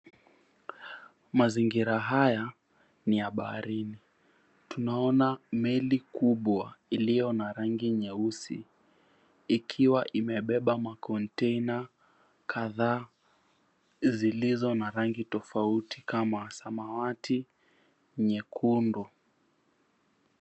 Mazingira haya niyabaharini, tunaona meli kubwa iliyo na rangi nyeusi ikiwa imebeba ma container kadhaa zilizo na rangi tofauti kama samawati, nyekundu.